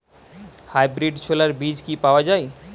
Hybrid ছোলার বীজ কি পাওয়া য়ায়?